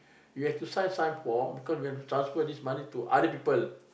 you have to sign some form because we have to transfer this money to other people